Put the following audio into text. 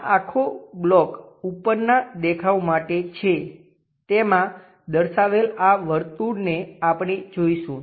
આ આખો બ્લોક ઉપરનાં દેખાવ માટે છે તેમાં દર્શાવેલ આ વર્તુળને આપણે જોઈશું